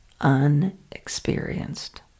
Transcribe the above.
unexperienced